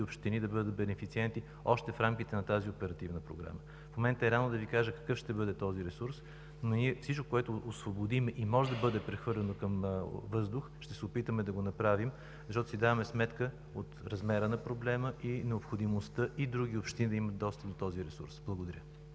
общини да бъдат бенефициенти още в рамките на тази оперативна програма. В момента е рано да Ви кажа какъв ще бъде този ресурс, но всичко, което освободим и може да бъде прехвърлено към въздух, ще се опитаме да го направим, защото си даваме сметка за размера на проблема, а и необходимостта другите общини да имат достъп до този ресурс. Благодаря.